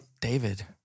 David